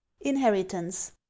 inheritance